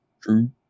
True